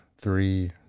three